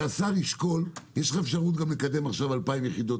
שהשר ישקול יש לך אפשרות גם לקדם עכשיו 2,000 יחידות